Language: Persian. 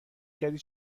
کردی